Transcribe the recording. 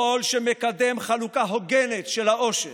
שמאל שמקדם חלוקה הוגנת של העושר,